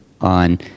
on